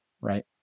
right